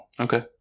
Okay